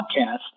podcast